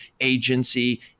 Agency